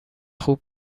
خوب